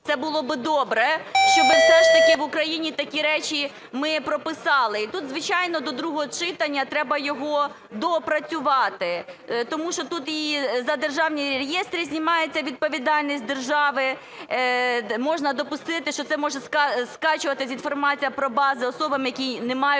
це було б добре, щоб все ж таки в Україні такі речі ми прописали. І тут, звичайно, до другого читання треба його доопрацювати. Тому що тут і за державні реєстри знімається відповідальність держави, можна допустити, що це може скачуватися інформація про бази особами, які не мають